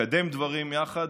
לקדם דברים יחד,